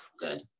Good